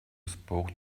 spoke